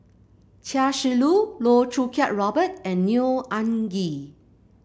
Chia Shi Lu Loh Choo Kiat Robert and Neo Anngee